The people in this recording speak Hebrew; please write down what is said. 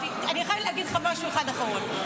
אני חייבת להגיד לך משהו אחד אחרון.